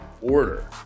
Order